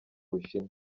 bushinwa